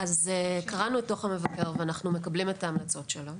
קראנו את דוח המבקר ואנחנו מקבלים את ההמלצות שלו,